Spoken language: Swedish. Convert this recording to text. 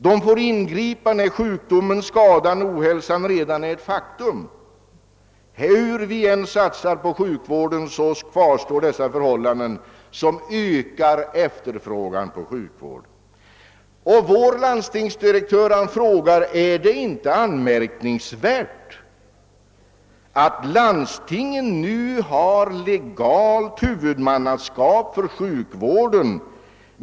De får ingripa när sjukdomen, skadan eller ohälsan redan är ett faktum. Hur vi än satsar på sjukvården kvarstår de förhållanden jag nämnt. De ökar efterfrågan på sjukvård. Är det inte, som vår landstingsdirektör sagt, anmärkningsvärt att landstingen nu har: legalt huvudmannaskap för sjukvården.